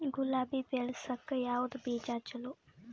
ಗುಲಾಬಿ ಬೆಳಸಕ್ಕ ಯಾವದ ಬೀಜಾ ಚಲೋ?